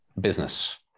business